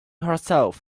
herself